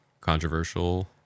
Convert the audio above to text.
controversial